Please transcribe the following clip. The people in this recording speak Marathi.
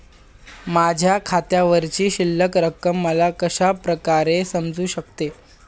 माझ्या खात्यावरची शिल्लक रक्कम मला कशा प्रकारे समजू शकते?